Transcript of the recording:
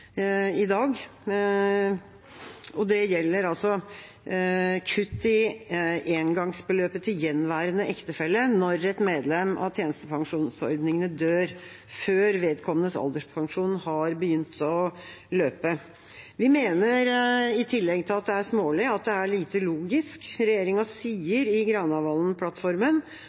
i dag. Det gjelder altså kutt i engangsbeløpet til gjenværende ektefelle når et medlem av tjenestepensjonsordningene dør før vedkommendes alderspensjon har begynt å løpe. Vi mener at det i tillegg til at det er smålig, er lite logisk. Regjeringa sier i